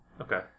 Okay